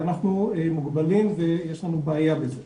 אנחנו מוגבלים ויש לנו בעיה בזה.